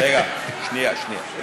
שנייה, שנייה.